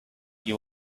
you